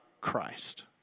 Christ